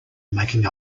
making